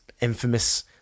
infamous